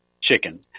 chicken